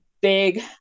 big